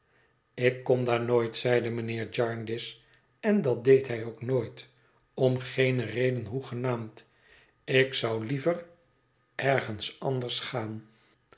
ik kom daar nooit zeide mijnheer jarndyce en dat deed hij ook nooit om geene reden hoegenaamd ik zou liever ergens anders gaan